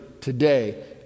today